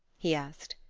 he asked.